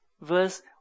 verse